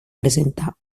presenta